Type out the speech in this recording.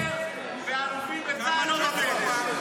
זה בסדר, ולאלופים בצה"ל לא בסדר.